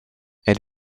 elle